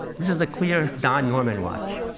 this is a clear don norman watch.